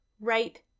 right